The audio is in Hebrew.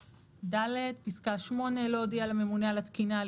2טז1(ג)(1)(ד); (8)לא הודיעה לממונה על התקינה על